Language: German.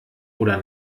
oder